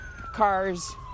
cars